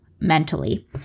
Mentally